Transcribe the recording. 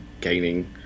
gaining